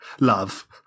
Love